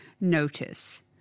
notice